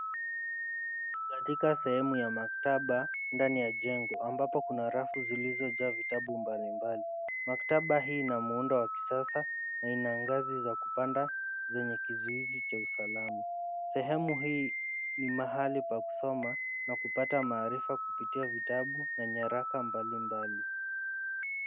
Ni katika sehemu ya maktaba ndani ya jengo ambapo kuna rafu zilizojaa vitabu mbalimbali. Maktaba hii ina muundo wa kisasa na ina ngazi za kupanda zenye kizuizi cha usalama. Sehemu hii ni mahali pa kusoma na kupata maarifa kupitia vitabu na nyaraka mbalimbali.